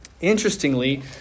Interestingly